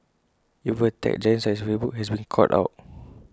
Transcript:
even A tech giant such as Facebook has been caught out